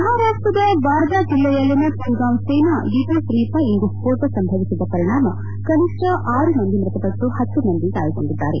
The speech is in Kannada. ಮಹಾರಾಷ್ಟದ ವಾದಾಣ ಜಿಲ್ಲೆಯಲ್ಲಿನ ಪುಲಗಾವ್ ಸೇನಾ ಡಿಪೋ ಸಮೀಪ ಇಂದು ಸ್ಪೋಟ ಸಂಭವಿಸಿದ ಪರಿಣಾಮ ಕನಿಷ್ಠ ಆರು ಮಂದಿ ಮೃತಪಟ್ಟು ಹತ್ತು ಮಂದಿ ಗಾಯಗೊಂಡಿದ್ದಾರೆ